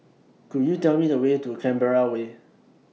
Could YOU Tell Me The Way to Canberra Way